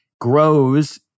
grows